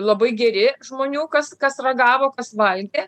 labai geri žmonių kas kas ragavo kas valgė